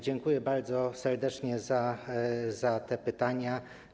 Dziękuję bardzo serdecznie za te pytania.